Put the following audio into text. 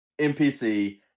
NPC